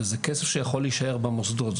וזה כסף שיכול להישאר במוסדות.